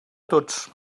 tots